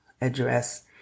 address